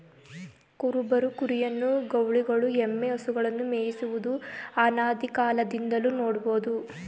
ಕುರುಬರು ಕುರಿಯನ್ನು, ಗೌಳಿಗಳು ಎಮ್ಮೆ, ಹಸುಗಳನ್ನು ಮೇಯಿಸುವುದು ಅನಾದಿಕಾಲದಿಂದಲೂ ನೋಡ್ಬೋದು